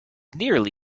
nearly